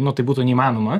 nu tai būtų neįmanoma